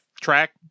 track